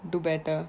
do better